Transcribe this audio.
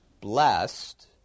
blessed